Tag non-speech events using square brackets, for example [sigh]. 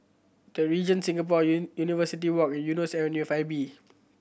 The Regent Singapore [unintelligible] University Walk Eunos Avenue Five B